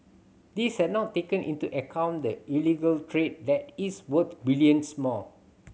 this has not taken into account the illegal trade that is worth billions more